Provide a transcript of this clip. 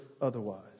otherwise